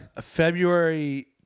February